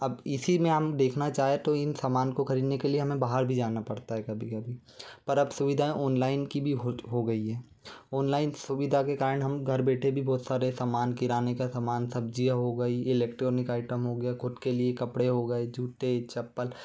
अब इसी में हम देखना चाहें तो इन सामान को खरीदने के लिए हमें बाहर भी जाना पड़ता है कभी कभी पर अब सुविधाएँ ओनलाइन की भी हो हो गई है ओनलाइन सुविधा के कारण हम घर बैठे भी बहुत सारे सामान किराने का सामान सब्ज़ियाँ हो गई इलेक्ट्रॉनिक आइटम हो गया खुद के लिए कपड़े हो गए जूते चप्पल